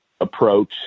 approach